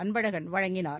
அன்பழகன் வழங்கினார்